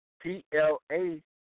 P-L-A